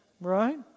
Right